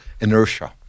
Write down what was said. inertia